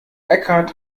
eckhart